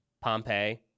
Pompeii